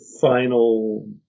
final